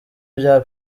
bya